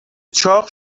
چاق